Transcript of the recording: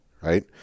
right